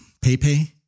PayPay